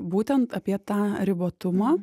būtent apie tą ribotumą